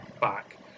back